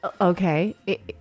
okay